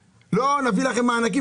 תגידו: לא, נביא לכם מענקים.